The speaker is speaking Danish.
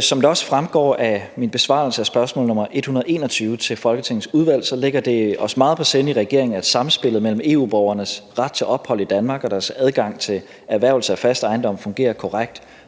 Som det også fremgår af min besvarelse af spørgsmål nr. 121 til Folketingets udvalg, ligger det os i regeringen meget på sinde, at samspillet mellem EU-borgernes ret til ophold i Danmark og deres adgang til erhvervelse af fast ejendom fungerer korrekt